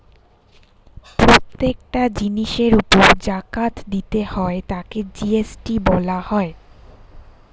প্রত্যেকটা জিনিসের উপর জাকাত দিতে হয় তাকে জি.এস.টি বলা হয়